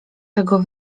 tego